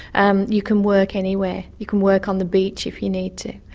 um you can work anywhere. you can work on the beach if you need to.